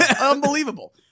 Unbelievable